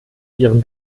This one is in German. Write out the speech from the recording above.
ihren